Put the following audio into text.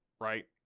right